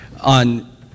on